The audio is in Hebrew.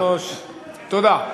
אדוני היושב-ראש, תודה.